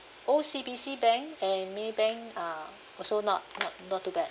O_C_B_C bank and maybank are also not not not too bad